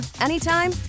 anytime